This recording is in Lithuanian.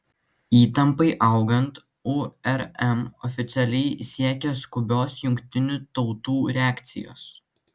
įtampai augant urm oficialiai siekia skubios jungtinių tautų reakcijos